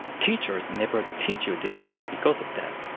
teachers never teach you this sound because of that.